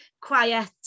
quiet